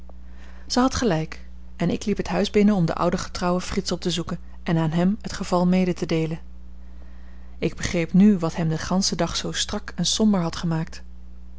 zij had gelijk en ik liep het huis binnen om den ouden getrouwen frits op te zoeken en aan hem het geval mede te deelen ik begreep nu wat hem den ganschen dag zoo strak en somber had gemaakt